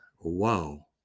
wow